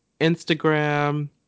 Instagram